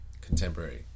contemporary